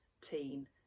teen